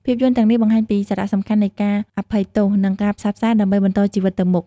ភាពយន្តទាំងនេះបង្ហាញពីសារៈសំខាន់នៃការអភ័យទោស និងការផ្សះផ្សា ដើម្បីបន្តជីវិតទៅមុខ។